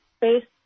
based